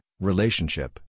Relationship